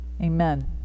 amen